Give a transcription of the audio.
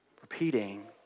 repeating